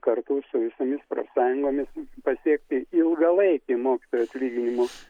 kartu su visomis profsąjungomis pasiekti ilgalaikį mokytojų atlyginimų